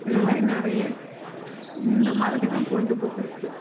இந்த மாதிரி நிறைய இந்த மாதிரிதான் பொழுதுபோக்கு இருக்குது